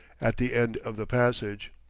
at the end of the passage.